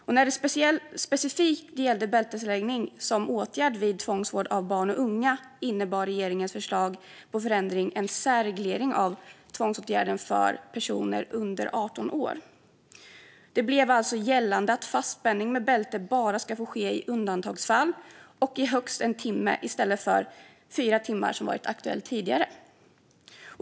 Vad gällde specifikt bältesläggning som åtgärd vid tvångsvård av barn och unga innebar regeringens förslag och ändring en särreglering av tvångsåtgärden för personer under 18 år. Det blev alltså gällande att fastspänning med bälte bara ska få ske i undantagsfall och i högst en timme i stället för fyra timmar, som varit aktuellt tidigare.